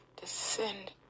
descend